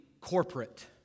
corporate